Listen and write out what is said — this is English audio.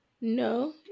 No